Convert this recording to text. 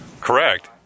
Correct